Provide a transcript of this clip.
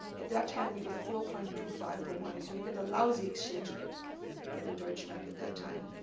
at that time, it was four point two five for one, so you got a lousy exchange rate for the deutschmark at that time.